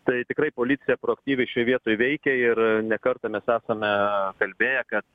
tai tikrai policija proaktyviai šioj vietoj veikia ir ne kartą mes esame kalbėję kad